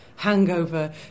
hangover